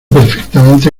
perfectamente